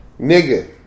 Nigga